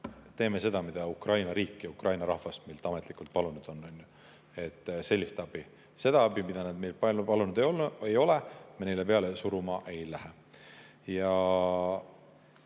seda, mida Ukraina riik ja Ukraina rahvas meilt ametlikult on palunud, anname sellist abi. Seda abi, mida nad meilt palunud ei ole, me neile peale suruma ei lähe. Issand